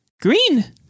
green